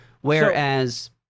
Whereas